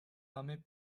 armées